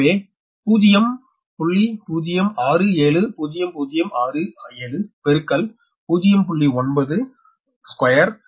எனவே 0